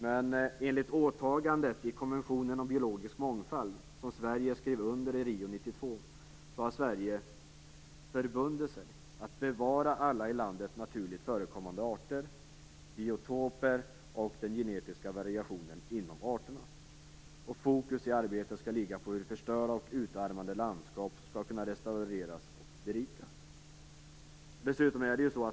Men enligt åtagandet i konventionen om biologisk mångfald, som Sverige skrev under i Rio 1992, har Sverige förbundit sig att bevara alla i landet naturligt förekommande arter och biotoper och den genetiska variationen inom arterna. Fokus i arbetet skall ligga på hur förstörda och utarmade landskap skall kunna restaureras och berikas.